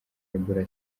ebola